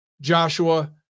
Joshua